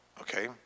Okay